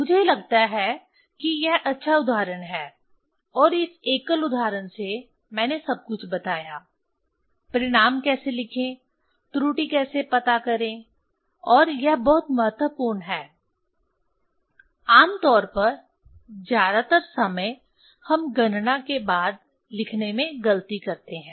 मुझे लगता है कि यह अच्छा उदाहरण है और इस एकल उदाहरण से मैंने सब कुछ बताया परिणाम कैसे लिखें त्रुटि कैसे पता करें और यह बहुत महत्वपूर्ण है आम तौर पर ज्यादातर समय हम गणना के बाद लिखने में गलती करते हैं